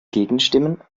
gegenstimmen